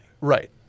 Right